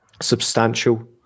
substantial